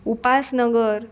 Upasnagar